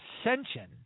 ascension